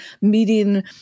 meeting